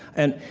and,